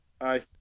Aye